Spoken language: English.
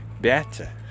better